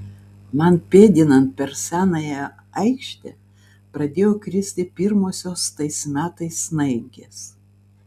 man pėdinant per senąją aikštę pradėjo kristi pirmosios tais metais snaigės